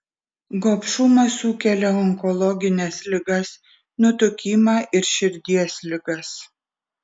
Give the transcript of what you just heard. gobšumas sukelia onkologines ligas nutukimą ir širdies ligas